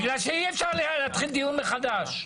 בגלל שאי אפשר להתחיל דיון מחדש.